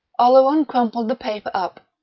oleron crumpled the paper up,